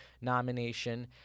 nomination